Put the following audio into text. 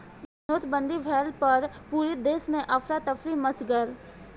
नोटबंदी भइला पअ पूरा देस में अफरा तफरी मच गईल